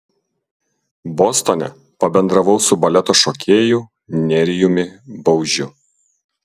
bostone pabendravau su baleto šokėju nerijumi baužiu